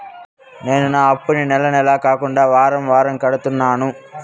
నేను నా అప్పుని నెల నెల కాకుండా వారం వారం కడుతున్నాను